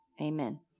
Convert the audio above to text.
Amen